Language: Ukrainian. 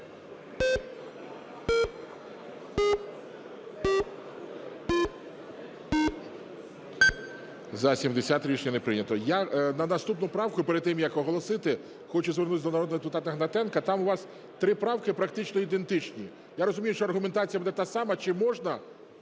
За-70 Рішення не прийнято. Я наступну правку перед тим як оголосити, хочу звернутися до народного депутата Гнатенка. Там у вас три правки практично ідентичні. Я розумію, що аргументація буде та сама. Чи можна